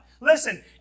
listen